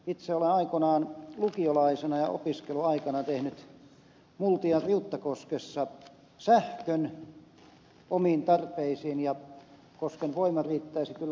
itse olen aikoinaan lukiolaisena ja opiskeluaikana tehnyt multian riuttakoskessa sähkön omiin tarpeisiin ja kosken voima riittäisi kyllä laajemmaltikin